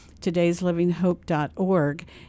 todayslivinghope.org